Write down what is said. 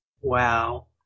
wow